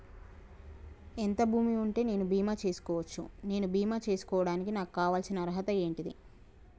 ఎంత భూమి ఉంటే నేను బీమా చేసుకోవచ్చు? నేను బీమా చేసుకోవడానికి నాకు కావాల్సిన అర్హత ఏంటిది?